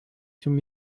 zum